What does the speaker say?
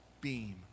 beam